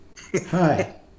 hi